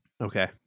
okay